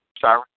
sorry